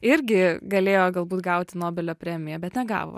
irgi galėjo galbūt gauti nobelio premiją bet negavo